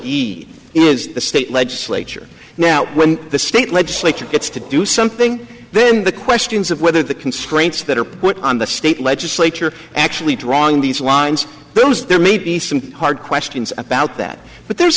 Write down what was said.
he is the state legislature now when the state legislature gets to do something then the questions of whether the constraints that are put on the state legislature actually drawing these lines there may be some hard questions about that but there's